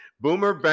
boomer